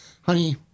honey